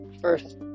first